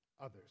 Others